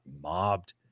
mobbed